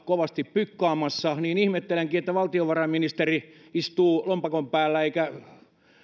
kovasti byggaamassa ihmettelen että valtiovarainministeri istuu lompakon päällä eikä